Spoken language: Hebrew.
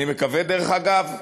אני מקווה, דרך אגב,